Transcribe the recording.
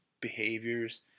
behaviors